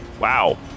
Wow